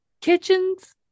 kitchens